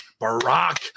Barack